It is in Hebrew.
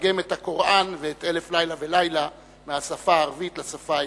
ולתרגם את הקוראן ואת "אלף לילה ולילה" מהשפה הערבית לשפה העברית.